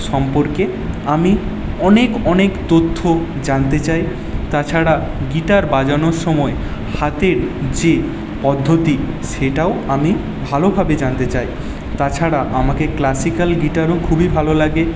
সম্পর্কে আমি অনেক অনেক তথ্য জানতে চাই তাছাড়া গিটার বাজানোর সময় হাতের যে পদ্ধতি সেটাও আমি ভালোভাবে জানতে চাই তাছাড়া আমাকে ক্লাসিকাল গিটারও খুবই ভালো লাগে